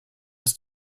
ist